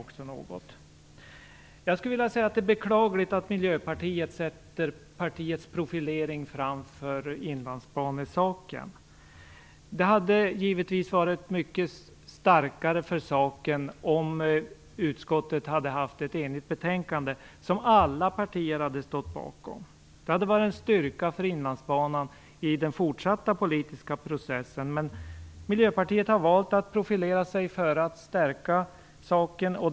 Det är beklagligt att Miljöpartiet sätter partiets profilering framför Inlandsbanesaken. Det hade givetvis varit mycket bättre för saken om utskottets hade varit enigt och alla partier hade stått bakom betänkandet. Det hade varit en styrka för Inlandsbanan i den fortsatta politiska processen, men Miljöpartiet har valt att profilera sig för att stärka saken.